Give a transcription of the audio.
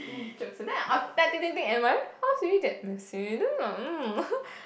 jokes then I think think think am I really then messy then like mm